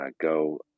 go